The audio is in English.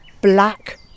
black